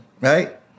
right